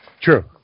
True